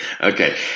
Okay